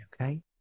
okay